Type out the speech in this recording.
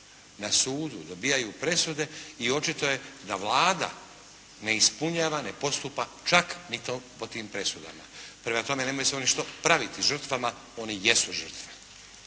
na sudu dobijaju, presude i očito je da Vlada ne ispunjava, ne postupa čak ni po tim presudama. Prema tome nemaju se oni što praviti žrtvama. Oni jesu žrtve.